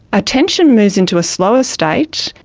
attention moves into a slower state,